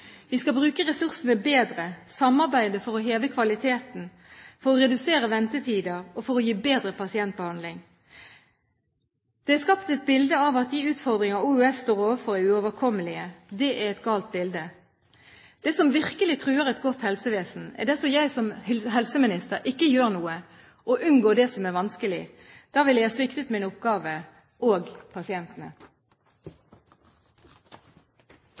Vi skal bruke ressursene bedre. Vi skal samarbeide for å heve kvaliteten, for å redusere ventetider og for å gi bedre pasientbehandling. Det er skapt et bilde av at de utfordringer Oslo universitetssykehus står overfor, er uoverkommelige. Det er et galt bilde. Det som virkelig truer et godt helsevesen, er dersom jeg som helseminister ikke gjør noe, og unngår det som er vanskelig – da ville jeg sviktet min oppgave, og pasientene.